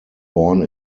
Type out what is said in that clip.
born